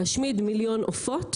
להשמיד מיליון עופות,